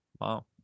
wow